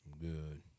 Good